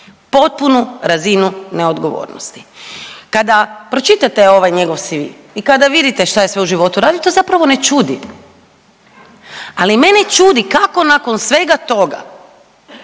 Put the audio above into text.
potpunu razinu neodgovornosti. Kada pročitate ovaj njegov CV i kada vidite šta je sve u životu radio to zapravo ne čudi, ali mene čudi kako nakon svega toga